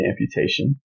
amputation